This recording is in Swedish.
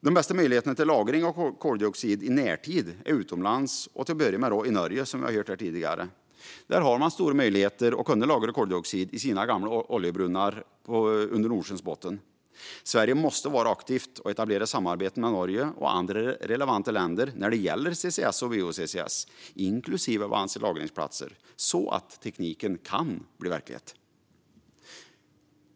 De bästa möjligheterna till lagring av koldioxid i närtid är utomlands och till att börja med i Norge, som vi har hört här tidigare. Där har man stora möjligheter att lagra koldioxid i gamla oljebrunnar under Nordsjöns botten. Sverige måste vara aktivt och etablera samarbeten med Norge och andra relevanta länder när det gäller CCS och bio-CCS, inklusive vad avser lagringsplatser, så att tekniken kan bli verklighet.